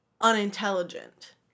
unintelligent